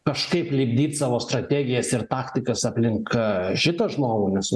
kažkaip lipdyt savo strategijas ir taktikas aplink šitą žmogų nes nu